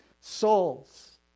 souls